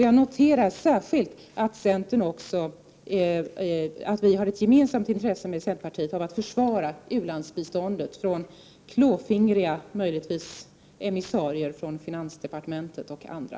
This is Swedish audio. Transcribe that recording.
Jag noterar särskilt att vi har ett gemensamt intresse med centern av att försvara u-landsbiståndet från möjligen klåfingriga emissarier från finansdepartementet och andra.